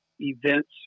events